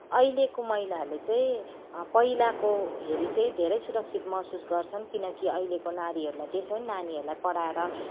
अहिलेको महिलाहरूले चाहिँ पहिलाको हेरि चाहिँ धेरै सुरक्षित महसुस गर्छन् किनकि अहिलेको नारीहरूलाई त्यसै पनि नानीहरूलाई पढाएर